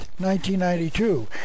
1992